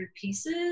pieces